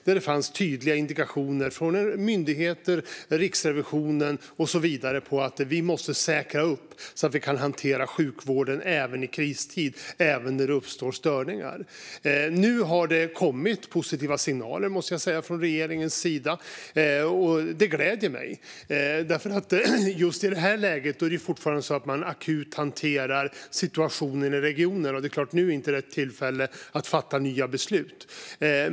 Det fanns tydliga indikationer från myndigheter, Riksrevisionen och så vidare på att vi måste säkra detta så att vi kan hantera sjukvården även i kristid och även när det uppstår störningar. Nu har det kommit positiva signaler, måste jag säga, från regeringens sida. Det gläder mig. Just i det här läget hanterar man fortfarande akut situationen i regioner, och då är det såklart inte rätt tillfälle att fatta nya beslut.